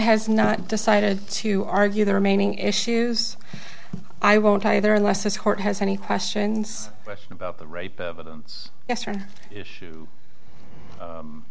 has not decided to argue the remaining issues i won't either unless this court has any questions about the rape of atoms yes or no issue